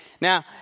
Now